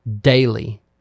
daily